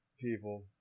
people